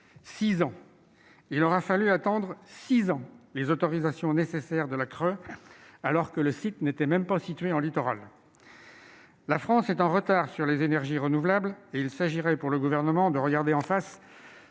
ans, il aura fallu six ans pour obtenir les autorisations nécessaires de la CRE, alors que le site n'était même pas situé sur un littoral ! La France est en retard sur les énergies renouvelables et il s'agirait pour le Gouvernement de regarder en face